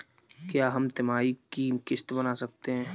क्या हम तिमाही की किस्त बना सकते हैं?